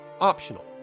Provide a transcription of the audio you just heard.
optional